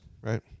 right